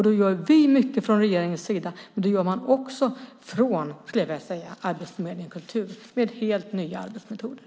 Då gör vi mycket från regeringens sida, men det gör man också från Arbetsförmedlingen Kultur, med helt nya arbetsmetoder.